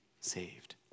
saved